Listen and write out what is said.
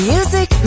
Music